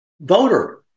voter